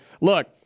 Look